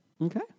Okay